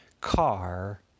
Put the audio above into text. car